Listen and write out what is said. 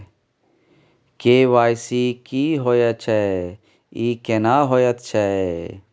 KYC की होय छै, ई केना होयत छै?